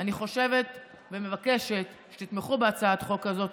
אני חושבת, אני מבקשת שתתמכו בהצעת חוק הזו.